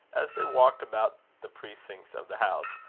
as they walked about the precincts of the house,